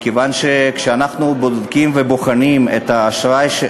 כשאנחנו בודקים ובוחנים את האשראי,